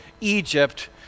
Egypt